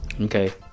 Okay